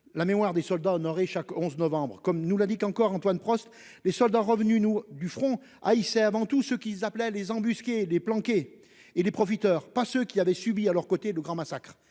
la mémoire des soldats honorés chaque 11 novembre, comme nous l'indique encore Antoine Prost. Les soldats revenus nous du front. C'est avant tout ce qu'ils appelaient les embusqués des planqués et les profiteurs pas ce qu'il avait subies à leurs côtés de grands massacres